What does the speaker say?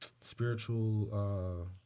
spiritual